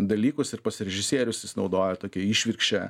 dalykus ir pats režisierius naudoja tokia išvirkščia